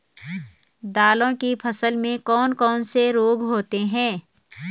दालों की फसल में कौन कौन से रोग होते हैं?